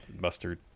mustard